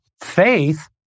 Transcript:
faith